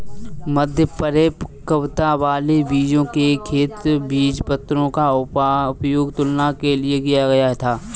मध्य परिपक्वता वाले बीजों के खेत बीजपत्रों का उपयोग तुलना के लिए किया गया था